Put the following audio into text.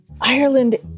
Ireland